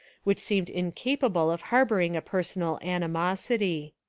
which seemed inca pable of harbouring a personal animosity.